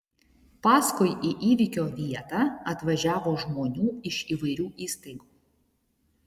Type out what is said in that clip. paskui į įvykio vietą atvažiavo žmonių iš įvairių įstaigų